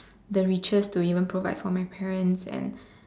the riches to even provide for my parents and